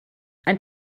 ein